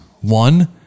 One